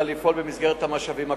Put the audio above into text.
אלא לפעול במסגרת המשאבים הקיימים.